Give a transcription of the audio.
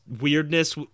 weirdness